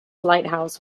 lighthouse